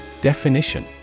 Definition